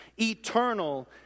eternal